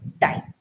time